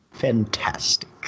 fantastic